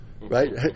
Right